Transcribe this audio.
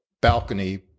balcony